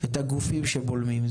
את הגופים שבולמים.